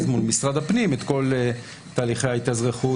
מול משרד הפנים את כל תהליכי ההתאזרחות.